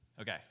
Okay